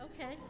Okay